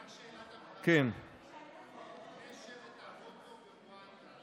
רק שאלת הבהרה: בני שבט ההוטו מרואנדה